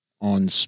on